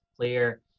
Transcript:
clear